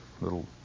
little